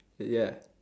ya